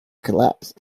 collapsed